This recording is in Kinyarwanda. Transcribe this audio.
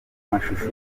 mashusho